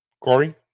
Corey